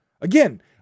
Again